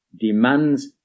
demands